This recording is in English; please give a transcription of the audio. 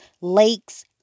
lakes